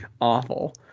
awful